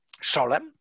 Sholem